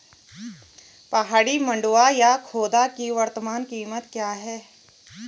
पहाड़ी मंडुवा या खोदा की वर्तमान कीमत क्या है?